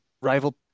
rival